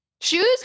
Shoes